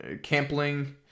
Campling